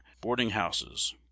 boarding-houses